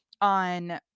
on